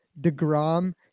DeGrom